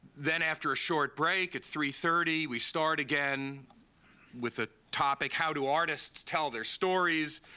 then, after a short break, at three thirty, we start again with a topic, how do artists tell their stories?